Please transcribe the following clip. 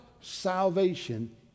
salvation